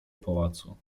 pałacu